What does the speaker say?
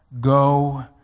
go